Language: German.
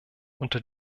unter